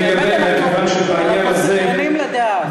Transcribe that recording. אנחנו סקרנים לדעת.